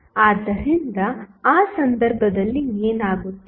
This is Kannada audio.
ಆದ್ದರಿಂದ ಆ ಸಂದರ್ಭದಲ್ಲಿ ಏನಾಗುತ್ತದೆ